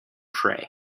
prey